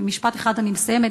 במשפט אחד אני מסיימת,